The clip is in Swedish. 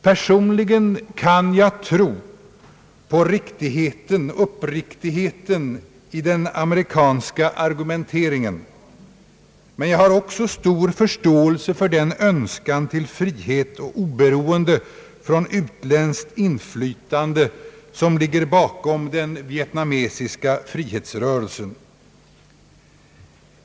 Personligen kan jag tro på uppriktigheten i den amerikanska argumenteringen, men jag har också stor förståelse för den önskan till frihet och oberoende från utländskt inflytande som ligger bakom den vietnamesiska frihetsrörelsen.